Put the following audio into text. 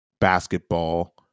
Basketball